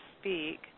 speak